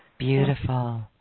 Beautiful